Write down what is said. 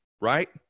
right